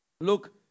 Look